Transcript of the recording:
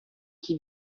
chi